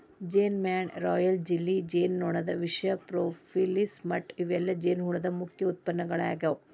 ಜೇನಮ್ಯಾಣ, royal jelly, ಜೇನುನೊಣದ ವಿಷ, propolis ಮಟ್ಟ ಇವೆಲ್ಲ ಜೇನುಹುಳದ ಮುಖ್ಯ ಉತ್ಪನ್ನಗಳಾಗ್ಯಾವ